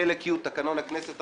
חלק י', תקנון הכנסת.